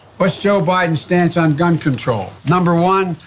what's joe biden's stance on gun control? number one,